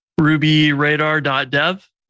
RubyRadar.dev